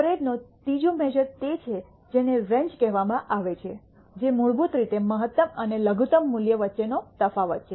સ્પ્રેડનો ત્રીજો મેશ઼ર તે છે જેને રેન્જ કહેવામાં આવે છે જે મૂળભૂત રીતે મહત્તમ અને લઘુત્તમ મૂલ્ય વચ્ચેનો તફાવત છે